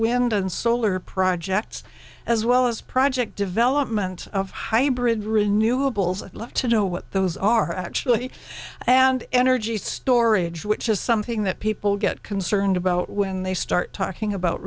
wind and solar projects as well as project development of hybrid renewables and left to do what those are actually and energy storage which is something that people get concerned about when they start talking about